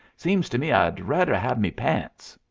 seems to me i'd radder have me pants.